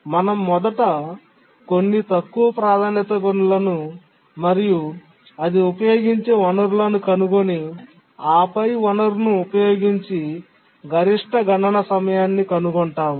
మనం మొదట అన్ని తక్కువ ప్రాధాన్యత పనులను మరియు అది ఉపయోగించే వనరులను కనుగొని ఆపై వనరును ఉపయోగించి గరిష్ట గణన సమయాన్ని కనుగొంటాము